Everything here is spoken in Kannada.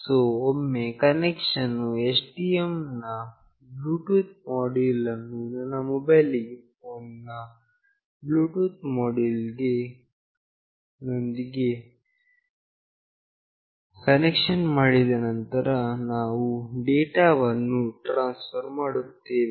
ಸೋ ಒಮ್ಮೆ ಕನೆಕ್ಷನ್ ಅನ್ನು STM ನ ಬ್ಲೂಟೂತ್ ಮೋಡ್ಯುಲ್ ಅನ್ನು ನನ್ನ ಮೊಬೈಲ್ ಫೋನ್ ನ ಬ್ಲೂಟೂತ್ ಮೋಡ್ಯುಲ್ ನೊಂದಿಗೆ ಮಾಡಿದ ನಂತರ ನಾವು ಡೇಟಾವನ್ನು ಟ್ರಾನ್ಸ್ಫರ್ ಮಾಡುತ್ತೇವೆ